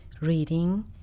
reading